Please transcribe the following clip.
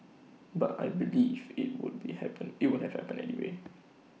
but I believe IT would be happened IT would happened anyway